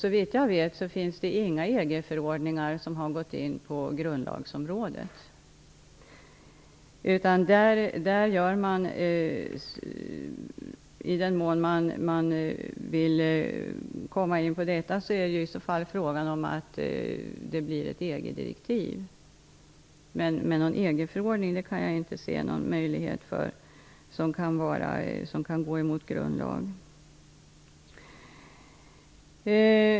Såvitt jag vet finns det inga EG förordningar som berör grundlagsområdet. I den mån man vill komma in på det området sker det via EG-direktiv. Jag kan således inte se att det är möjligt att en EG-förordning går emot en grundlag.